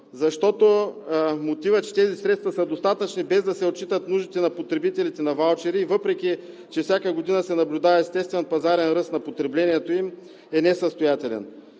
Защото мотивът, че тези средства са достатъчни, без да се отчитат нуждите на потребителите на ваучери, въпреки че всяка година се наблюдава естествен пазарен ръст на потреблението, им е несъстоятелен.